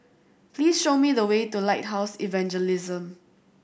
please show me the way to Lighthouse Evangelism